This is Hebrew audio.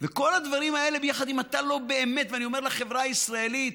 וכל הדברים האלה ביחד, ואני אומר לחברה הישראלית,